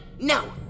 No